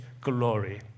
glory